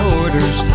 orders